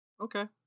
Okay